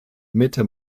mitte